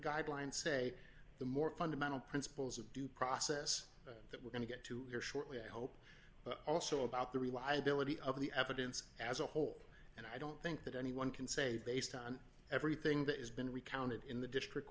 the guidelines say the more fundamental principles of due process that we're going to get to hear shortly i hope but also about the reliability of the evidence as a whole and i don't think that anyone can say based on everything that has been recounted in the district